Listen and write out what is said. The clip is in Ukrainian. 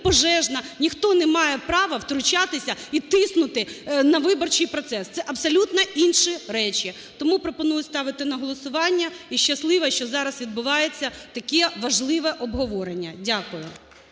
Ніхто не має права втручатися і тиснути на виборчий процес, це абсолютно інші речі. Тому пропоную ставити на голосування, і щаслива, що зараз відбувається таке важливе обговорення. Дякую.